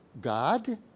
God